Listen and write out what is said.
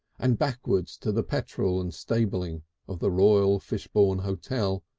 and backwards to the petrol and stabling of the royal fishbourne hotel,